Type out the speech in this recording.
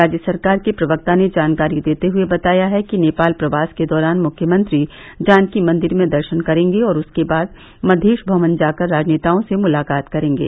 राज्य सरकार के प्रवक्ता ने जानकारी देते हये बताया है कि नेपाल प्रवास के दौरान मुख्यमंत्री जानकी मंदिर में दर्शन करेंगे और उसके बाद मधेश भवन जाकर राजनेताओं से मुलाकात करेंगे